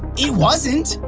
it wasn't.